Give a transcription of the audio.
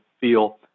feel